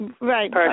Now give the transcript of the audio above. Right